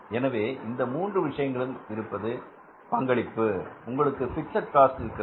எனவே இந்த மூன்று விஷயங்களும் இருப்பது பங்களிப்பு உங்களுக்கு பிக்ஸட் காஸ்ட் இருக்கிறது